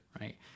right